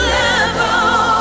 level